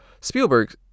Spielberg